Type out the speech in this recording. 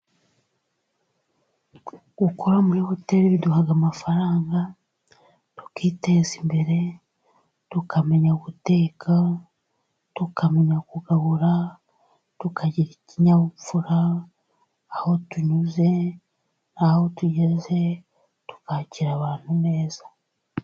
Gukora muri hoteli biduha amafaranga, tukiteza imbere tukamenya guteka, tukamenya kugabura tukagira ikinyabupfura, aho tunyuze aho tugeze tukakira abantu neza.